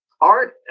Art